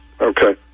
Okay